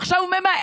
ועכשיו הוא ממאן,